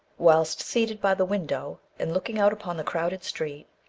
whilst seated by the window, and looking out upon the crowded street,